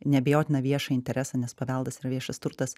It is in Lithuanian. neabejotiną viešąjį interesą nes paveldas yra viešas turtas